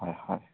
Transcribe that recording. হয় হয়